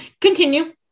Continue